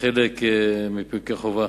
כחלק מפרקי החובה.